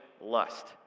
lust